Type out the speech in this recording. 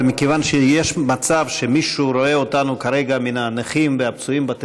אבל מכיוון שיש מצב שמישהו מן הנכים והפצועים רואה